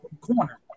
corner